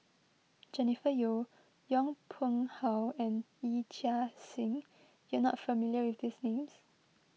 Jennifer Yeo Yong Pung How and Yee Chia Hsing you are not familiar with these names